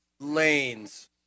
lanes